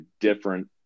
different